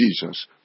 Jesus